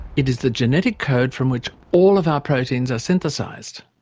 it is the genetic code from which all of our proteins are synthesised.